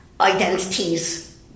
identities